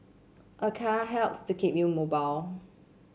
a car helps to keep you mobile